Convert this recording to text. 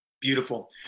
Beautiful